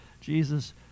Jesus